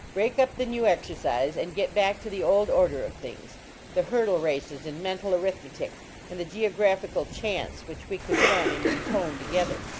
break up the new exercise, and get back to the old order of things the hurdle races in mental arithmetic and the geographical chants which we could run and intone together.